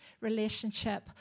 relationship